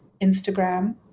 Instagram